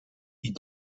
die